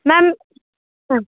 ma'am ma'am